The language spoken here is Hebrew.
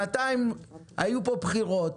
היו פה בחירות שנתיים,